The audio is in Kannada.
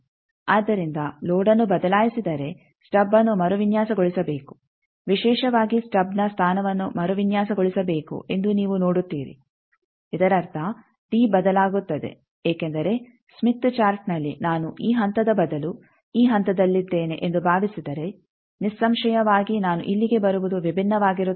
ಆದ್ದರಿಂದ ಲೋಡ್ಅನ್ನು ಬದಲಾಯಿಸಿದರೆ ಸ್ಟಬ್ಅನ್ನು ಮರುವಿನ್ಯಾಸಗೊಳಿಸಬೇಕು ವಿಶೇಷವಾಗಿ ಸ್ಟಬ್ನ ಸ್ಥಾನವನ್ನು ಮರುವಿನ್ಯಾಸಗೊಳಿಸಬೇಕು ಎಂದು ನೀವು ನೋಡುತ್ತೀರಿ ಇದರರ್ಥ ಡಿ ಬದಲಾಗುತ್ತದೆ ಏಕೆಂದರೆ ಸ್ಮಿತ್ ಚಾರ್ಟ್ನಲ್ಲಿ ನಾನು ಈ ಹಂತದ ಬದಲು ಈ ಹಂತದಲ್ಲಿದ್ದೇನೆ ಎಂದು ಭಾವಿಸಿದರೆ ನಿಸ್ಸಂಶಯವಾಗಿ ನಾನು ಇಲ್ಲಿಗೆ ಬರುವುದು ವಿಭಿನ್ನವಾಗಿರುತ್ತದೆ